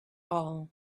all